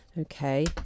Okay